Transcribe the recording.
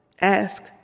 ask